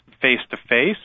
face-to-face